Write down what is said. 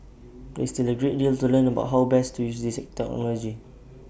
is still A great deal to learn about how best to use this technology